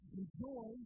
enjoy